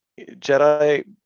jedi